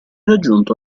raggiunto